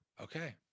Okay